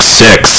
six